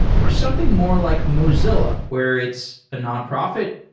or something more like mozi lla, where it's a nonprofit,